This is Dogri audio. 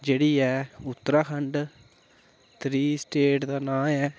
जेह्ड़ी ऐ उत्तराखंड त्री स्टेट दा नांऽ ऐ